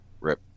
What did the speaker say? Rip